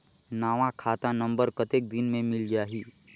नवा खाता नंबर कतेक दिन मे मिल जाही?